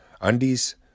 Undies